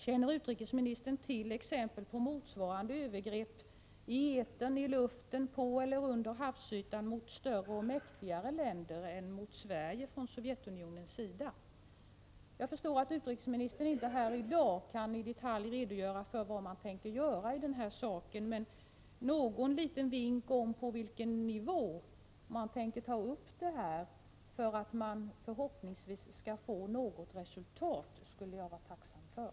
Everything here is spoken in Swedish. Känner utrikesministern till exempel på motsvarande övergrepp i etern, i luften, på eller under havsytan mot större och mäktigare länder än mot Sverige från Sovjetunionens sida? Jag förstår att utrikesministern inte här i dag i detalj kan redovisa vad man tänker göra i den här frågan, men någon liten vink om på vilken nivå man tänker ta upp frågan för att förhoppningsvis nå något resultat skulle jag vara tacksam för.